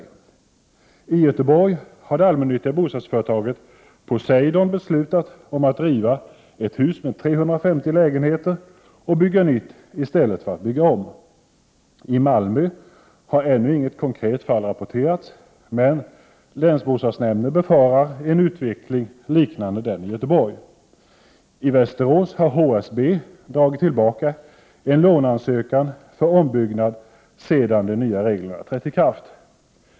Om kostnaderna för ombyggnad och reno —- I Göteborg har det allmännyttiga bostadsföretaget Poseidon beslutat om — vering av bostäder att riva ett hus med 350 lägenheter och bygga nytt i stället för att bygga om. —- I Malmö har ännu inget konkret fall rapporterats, men länsbostadsnämnden befarar en utveckling liknande den i Göteborg. — I Västerås har HSB dragit tillbaka en låneansökan för ombyggnad sedan de nya reglerna trätt i kraft.